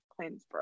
Plainsboro